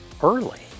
early